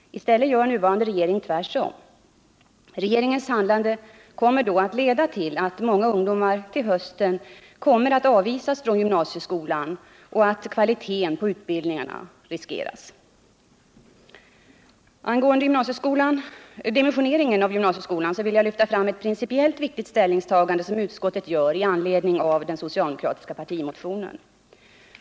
I stället gör nuvarande regering tvärtom. Regeringens handlande kommer då att leda till att många ungdomar till hösten avvisas från gymnasieskolan och att kvaliteten på utbildningarna riskeras. Angående dimensioneringen av gymnasieskolan vill jag lyfta fram ett principiellt viktigt ställningstagande som utskottet gör i anledning av den socialdemokratiska partimotionen.